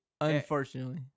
unfortunately